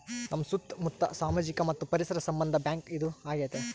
ನಮ್ ಸುತ್ತ ಮುತ್ತ ಸಾಮಾಜಿಕ ಮತ್ತು ಪರಿಸರ ಸಂಬಂಧ ಬ್ಯಾಂಕ್ ಇದು ಆಗೈತೆ